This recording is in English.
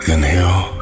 Inhale